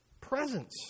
presence